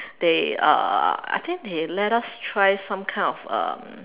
they uh I think they let us try some kind of um